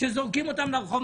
שזורקים אותה לרחוב?